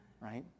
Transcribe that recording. right